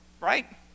Right